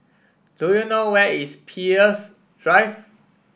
do you know where is Peirce Drive